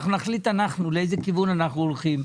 אנחנו נחליט אנחנו לאיזה כיוון אנחנו הולכים.